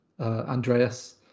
Andreas